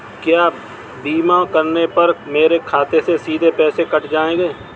क्या बीमा करने पर मेरे खाते से सीधे पैसे कट जाएंगे?